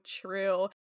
true